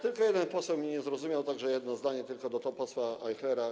Tylko jeden poseł mnie nie zrozumiał, a więc jedno zdanie tylko do posła Ajchlera.